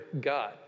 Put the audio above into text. God